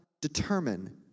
determine